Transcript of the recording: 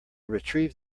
retrieved